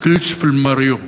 "כּנש פי אל-מאריו".